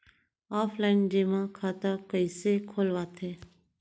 Offline जेमा खाता कइसे खोलवाथे?